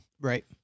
right